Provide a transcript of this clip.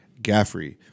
Gaffrey